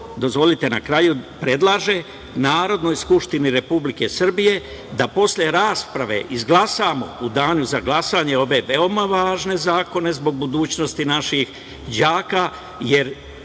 dozvolite na kraju, predlaže Narodnoj skupštini Republike Srbije da posle rasprave izglasamo u danu za glasanje ove veoma važne zakone zbog budućnosti naših đaka, jer